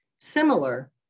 similar